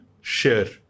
share